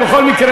רבותי,